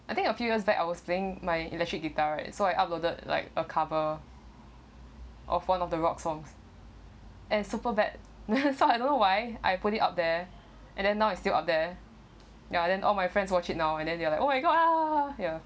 I think a few years back I was playing my electric guitar right so I uploaded like a cover of one of the rock songs and super bad so I don't know why I put it out there and then now is still out there ya then all my friends watch it now and then they are like oh my god ya